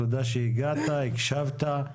תודה שהגעת הקשבת.